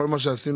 כל מה שעשינו,